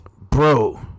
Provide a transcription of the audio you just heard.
Bro